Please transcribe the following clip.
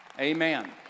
Amen